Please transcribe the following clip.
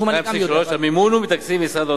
2.3. המימון הוא מתקציב משרד האוצר.